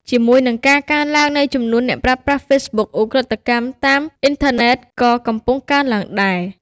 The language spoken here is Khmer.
ជាមួយនឹងការកើនឡើងនៃចំនួនអ្នកប្រើប្រាស់ Facebook ឧក្រិដ្ឋកម្មតាមអ៊ីនធឺណិតក៏កំពុងកើនឡើងដែរ។